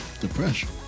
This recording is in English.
depression